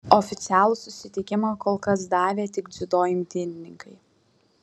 oficialų sutikimą kol kas davė tik dziudo imtynininkai